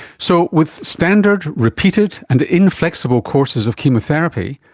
so with standard, repeated and inflexible courses of chemotherapy,